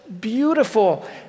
beautiful